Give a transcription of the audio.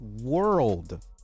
world